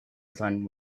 sun